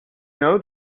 know